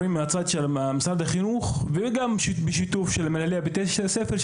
שמשרד החינוך בשיתוף עם מנהלי בתי ספר,